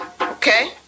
Okay